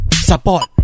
Support